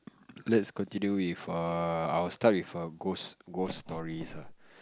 let's continue with uh our study for ghost ghost stories ah